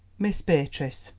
miss beatrice,